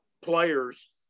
players